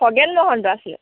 খগেন মহন্ত আছিল